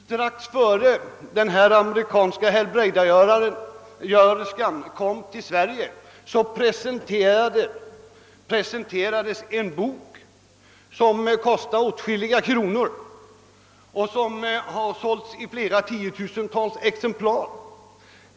Strax innan den amerikanska helbrägdagörerskan kom till Sverige presenterades en bok, som kostar åtskilliga kronor och som har sålts i flera tiotusentals exemplar.